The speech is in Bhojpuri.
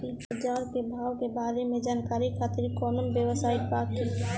बाजार के भाव के बारे में जानकारी खातिर कवनो वेबसाइट बा की?